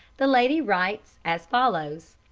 the lady writes as follows